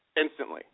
instantly